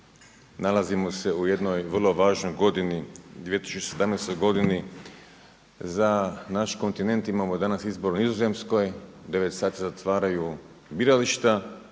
Nalazimo se u jednoj vrlo važnoj godini, 2017. godini. Za nas kontinent imamo danas izbor u Nizozemskoj. U 9 sati se zatvaraju birališta,